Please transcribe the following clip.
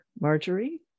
Marjorie